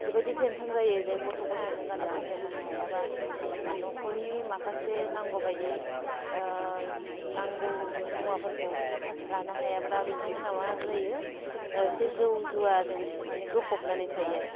ओरैबायदि टेनसन जायो जे गथ' गथायनो गान्नो जोमनो होनो हायाबा बा न'खरनि माखासे नांगौ बादि नांगौ जुन मुवाफोरखौ लानो हायाब्ला बिथांमोना मा जायो एके जौ जुवाजों माने गोफबनानै थायो आरो